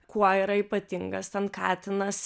kuo yra ypatingas ten katinas